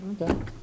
Okay